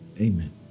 amen